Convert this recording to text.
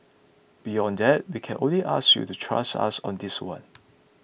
beyond that we can only ask you to trust us on this one